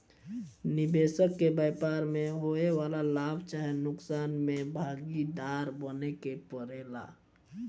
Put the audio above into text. निबेसक के व्यापार में होए वाला लाभ चाहे नुकसान में भागीदार बने के परेला